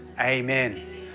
Amen